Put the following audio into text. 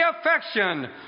affection